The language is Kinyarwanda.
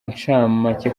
ncamake